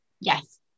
Yes